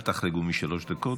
אל תחרגו משלוש דקות,